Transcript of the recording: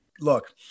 Look